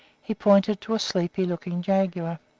he pointed to a sleepy-looking jaguar.